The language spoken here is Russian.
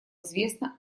известно